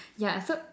yeah so